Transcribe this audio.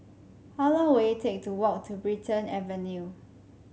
how long will it take to walk to Brighton Avenue